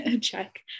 check